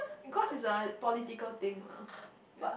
cause it's a political thing lah yeah